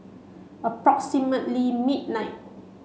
approximately midnight